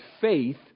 faith